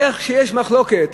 איך כשיש מחלוקת,